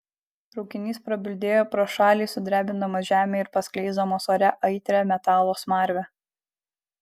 traukinys prabildėjo pro šalį sudrebindamas žemę ir paskleisdamas ore aitrią metalo smarvę